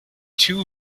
two